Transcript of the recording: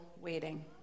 waiting